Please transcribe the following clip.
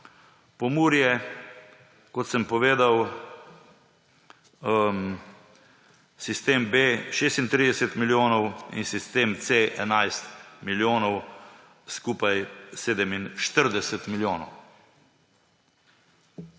Pomurje, kot sem povedal, sistem B 36 milijonov in sistem C 11 milijonov, skupaj 47 milijonov.